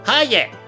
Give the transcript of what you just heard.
Hiya